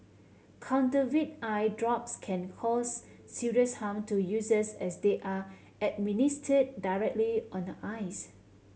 counterfeit eye drops can cause serious harm to users as they are administered directly on the eyes